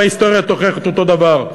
וההיסטוריה תוכיח את הדבר.